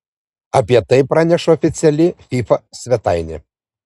apie tai praneša oficiali fifa svetainė